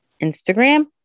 Instagram